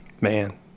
man